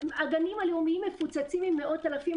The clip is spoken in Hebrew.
הגנים הלאומיים מפוצצים עם מאות אלפים,